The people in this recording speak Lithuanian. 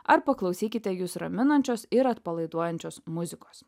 ar paklausykite jus raminančios ir atpalaiduojančios muzikos